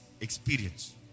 experience